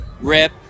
Rip